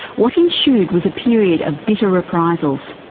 what ensued was a period of bitter reprisals.